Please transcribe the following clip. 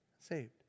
Saved